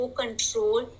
control